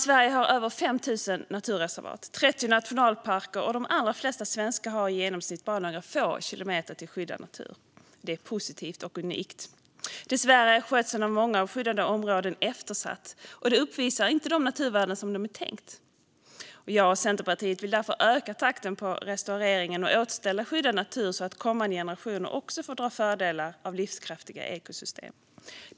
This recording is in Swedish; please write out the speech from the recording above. Sverige har över 5 000 naturreservat och 30 nationalparker, och de allra flesta svenskar har i genomsnitt bara några få kilometer till skyddad natur. Detta är positivt och unikt. Dessvärre är skötseln av många skyddade områden eftersatt, och de uppvisar inte de naturvärden som de är tänkta att uppvisa. Jag och Centerpartiet vill därför öka takten i restaureringen och återställandet av skyddad natur så att kommande generationer också får dra fördel av livskraftiga ekosystem.